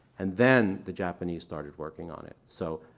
and then, the japanese started working on it. so,